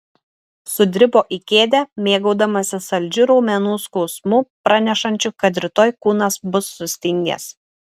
sudribo į kėdę mėgaudamasis saldžiu raumenų skausmu pranešančiu kad rytoj kūnas bus sustingęs